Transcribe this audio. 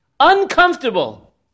uncomfortable